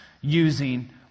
using